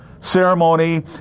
ceremony